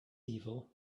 evil